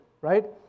right